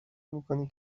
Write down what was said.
میکنی